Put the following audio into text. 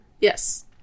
Yes